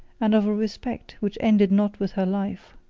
and of a respect which ended not with her life.